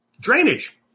Drainage